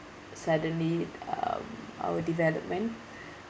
suddenly um our development